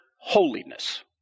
holiness